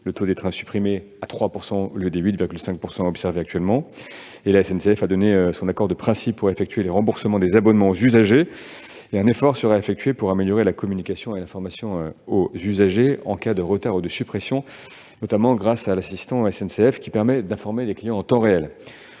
le taux de trains supprimés à 3 %, au lieu de 8,5 % observés actuellement. Elle a donné son accord de principe pour effectuer les remboursements des abonnements aux usagers. Un effort sera effectué pour améliorer la communication et l'information des usagers en cas de retard ou suppression, notamment grâce à l'application « assistant SNCF », qui permet d'informer les clients en temps réel.